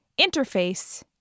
interface